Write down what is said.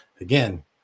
Again